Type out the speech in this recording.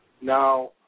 Now